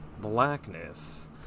blackness